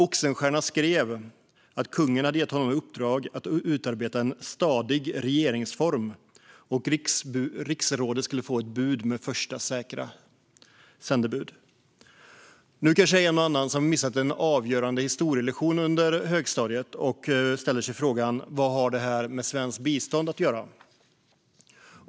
Oxenstierna skrev att kungen hade gett honom i uppdrag att utarbeta en stadig regeringsform, och riksrådet skulle få ett utkast med första säkra sändebud. Nu kanske det är en och annan som har missat en avgörande historielektion under högstadiet och som ställer sig frågan: Vad har det här med svenskt bistånd att göra?